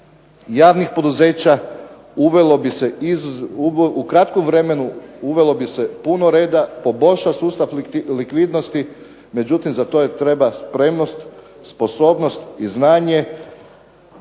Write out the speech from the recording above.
javnih poduzeća u kratkom vremenu uvelo bi se puno reda, poboljšao sustav likvidnosti. Međutim, za to treba spremnost, sposobnost i znanje